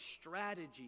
strategy